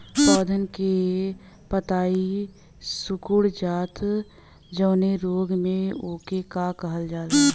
पौधन के पतयी सीकुड़ जाला जवने रोग में वोके का कहल जाला?